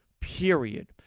Period